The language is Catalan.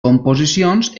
composicions